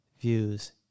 views